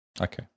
okay